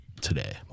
today